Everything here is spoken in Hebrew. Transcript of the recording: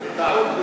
בטעות,